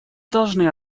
должны